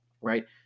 Right